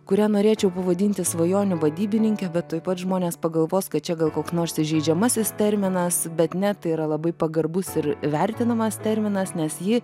kurią norėčiau pavadinti svajonių vadybininke bet tuoj pat žmonės pagalvos kad čia gal koks nors įžeidžiamasis terminas bet ne tai yra labai pagarbus ir vertinamas terminas nes ji